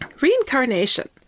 reincarnation